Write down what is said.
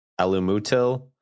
alumutil